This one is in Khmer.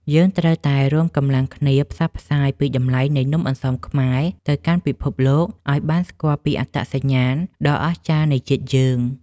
យើងត្រូវតែរួមកម្លាំងគ្នាផ្សព្វផ្សាយពីតម្លៃនៃនំអន្សមខ្មែរទៅកាន់ពិភពលោកឱ្យបានស្គាល់ពីអត្តសញ្ញាណដ៏អស្ចារ្យនៃជាតិយើង។